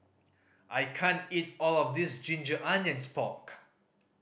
I can't eat all of this ginger onions pork